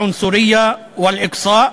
גזענות והדרה.